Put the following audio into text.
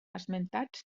esmentats